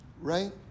right